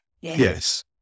Yes